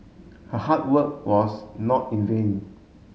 her hard work was not in vain